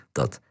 dat